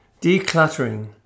decluttering